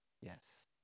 Yes